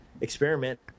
experiment